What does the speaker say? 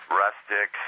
rustic